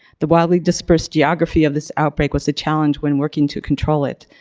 the wildly disperse geography of this outbreak was a challenge when working to control it.